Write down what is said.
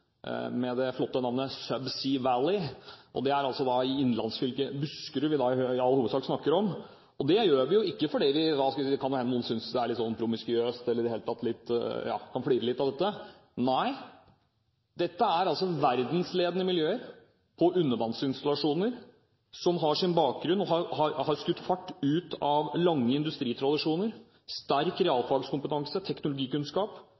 med det flotte navnet Subsea Valley – og det er altså innlandsfylket Buskerud vi da i all hovedsak snakker om. Det kan være noen som synes det er litt pretensiøst, eller som i det hele tatt kan flire litt av dette, men dette er miljøer verdensledende på undervannsinstallasjoner som har sin bakgrunn i og har skutt fart på grunn av lange industritradisjoner, sterk realfagskompetanse, teknologikunnskap